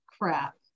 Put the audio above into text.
crap